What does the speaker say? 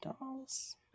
dolls